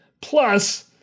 Plus